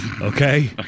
Okay